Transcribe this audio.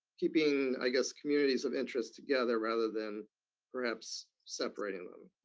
keeping, i guess, communities of interest together rather than perhaps separating them?